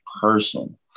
person